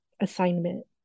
assignment